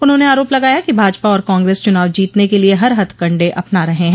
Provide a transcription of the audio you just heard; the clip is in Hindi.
उन्होंने आरोप लगाया कि भाजपा और कांग्रेस चुनाव जीतने के लिये हर हथकंडे अपना रहे हैं